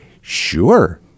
sure